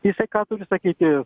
jisai ką turi sakyti